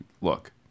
look